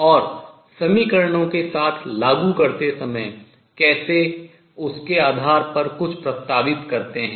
और समीकरणों के साथ लागू करते समय कैसे उसके आधार पर कुछ प्रस्तावित करते हैं